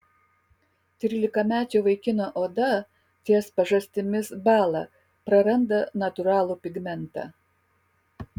trylikamečio vaikino oda ties pažastimis bąla praranda natūralų pigmentą